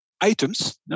items